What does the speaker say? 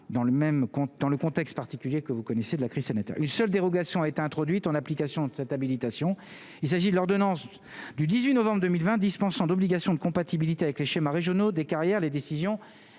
dans le contexte particulier que vous connaissez de la crise sanitaire, une seule dérogation a été introduite en application de cette habilitation, il s'agit de l'ordonnance du 18 novembre 2020 dispense sans obligation de compatibilité avec les schémas régionaux des carrières, les décisions